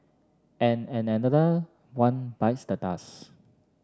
and another one bites the dust